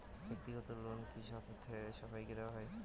ব্যাক্তিগত লোন কি সবাইকে দেওয়া হয়?